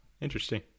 interesting